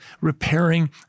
repairing